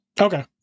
Okay